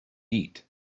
eat